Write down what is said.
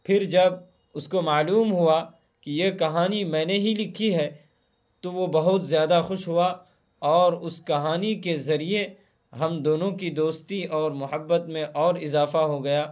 پھر جب اس کو معلوم ہوا کہ یہ کہانی میں نے ہی لکھی ہے تو وہ بہت زیادہ خوش ہوا اور اس کہانی کے ذریعے ہم دونوں کی دوستی اور محبت میں اور اضافہ ہو گیا